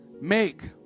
make